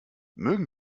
mögen